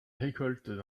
récoltes